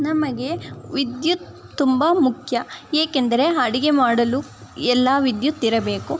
ನಮಗೆ ವಿದ್ಯುತ್ ತುಂಬ ಮುಖ್ಯ ಏಕೆಂದರೆ ಅಡಿಗೆ ಮಾಡಲು ಎಲ್ಲ ವಿದ್ಯುತ್ ಇರಬೇಕು